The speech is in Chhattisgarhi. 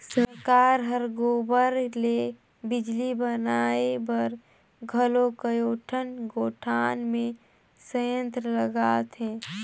सरकार हर गोबर ले बिजली बनाए बर घलो कयोठन गोठान मे संयंत्र लगात हे